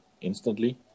instantly